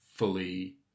fully